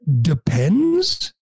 depends